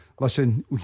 Listen